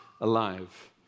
alive